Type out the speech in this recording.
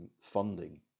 funding